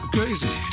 Crazy